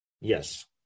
Yes